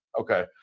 okay